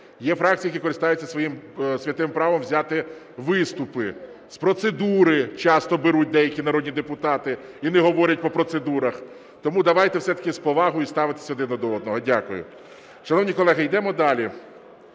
є фракції, які користаються своїм святим правом взяти виступи, з процедури часто беруть деякі народні депутати і не говорять по процедурах. Тому давайте все-таки з повагою ставитися один до одного. Дякую. Шановні колеги, йдемо далі.